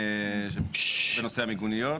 בנושא המיגוניות.